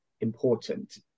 important